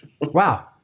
Wow